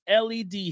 LED